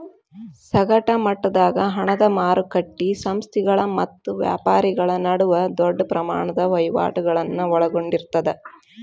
ಸಗಟ ಮಟ್ಟದಾಗ ಹಣದ ಮಾರಕಟ್ಟಿ ಸಂಸ್ಥೆಗಳ ಮತ್ತ ವ್ಯಾಪಾರಿಗಳ ನಡುವ ದೊಡ್ಡ ಪ್ರಮಾಣದ ವಹಿವಾಟುಗಳನ್ನ ಒಳಗೊಂಡಿರ್ತದ